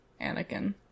Anakin